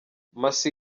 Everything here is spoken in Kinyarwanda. macy